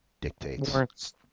dictates